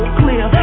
clear